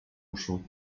uszu